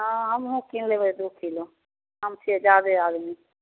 हँ हमहूँ कीनि लेबै दुइ किलो हम छिए ज्यादे आदमी